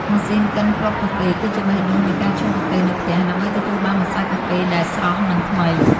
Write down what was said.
ម៉ាស៊ីនកិនគ្រាប់កាហ្វេ គឺជាបេះដូងនៃការឆុងកាហ្វេនៅផ្ទះ ដើម្បីទទួលបានម្សៅកាហ្វេដែលស្រស់ និងថ្មី។